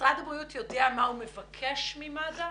משרד הבריאות יודע מה הוא מבקש ממד"א